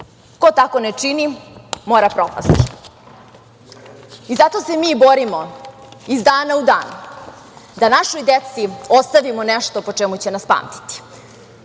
Ko tako ne čini, mora propasti i zato se mi borimo iz dana u dan da našoj deci ostavimo nešto po čemu će nas pamtiti. Čitav